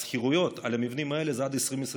דמי השכירות על המבנים האלה זה עד 20,000,